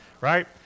right